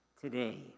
today